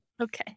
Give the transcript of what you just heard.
Okay